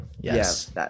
Yes